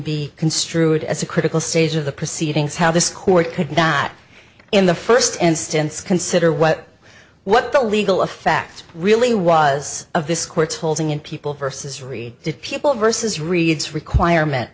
be construed as a critical stage of the proceedings how this court could not in the first instance consider what what the legal effect really was of this court's holding in people versus re did people versus reads requirement